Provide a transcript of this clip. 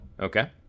Okay